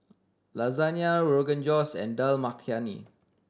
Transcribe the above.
Lasagne Rogan Josh and Dal Makhani